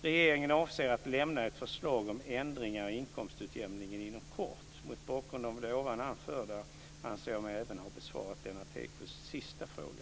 Regeringen avser att lämna ett förslag om ändringar i inkomstutjämningen inom kort. Mot bakgrund av det anförda anser jag mig även ha besvarat Lennart Hedquists sista fråga.